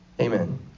Amen